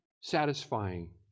satisfying